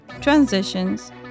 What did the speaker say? Transitions